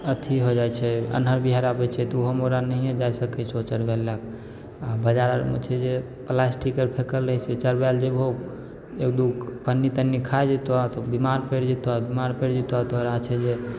अथी हो जाइ छै अन्हड़ बिहाड़ि आबै छै तऽ ओहोमे ओकरा नहिए जा सकै छहो चरबैले बाजार आरमे छै जे प्लास्टिक आर फेकल रहै छै चरबैले जेबहो एक दुइगो पन्नी तन्नी खा जेतऽ आओर तब बेमार पड़ि जेतऽ आओर बेमार पड़ि जेतऽ तऽ ओकरा छै जे